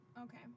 Okay